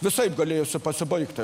visaip galėjusi pasibaigti